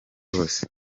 hose